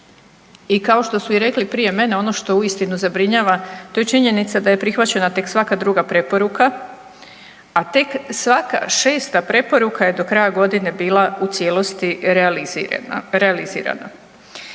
I kao što su i rekli prije mene ono što uistinu zabrinjava to je činjenica da je prihvaćena tek svaka druga preporuka, a tek svaka šesta preporuka je do kraja godine u cijelosti bila realizirana.